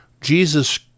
Jesus